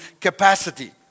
capacity